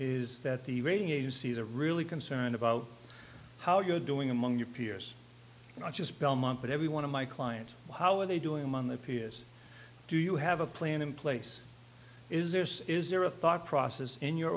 is that the rating agencies are really concerned about how you're doing among your peers not just belmont but every one of my clients how are they doing among their peers do you have a plan in place is there's is there a thought process in your